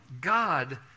God